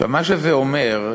מה שזה אומר,